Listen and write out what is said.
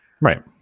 Right